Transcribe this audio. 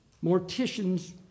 mortician's